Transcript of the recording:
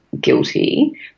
guilty